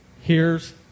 hears